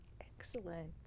Excellent